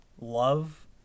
Love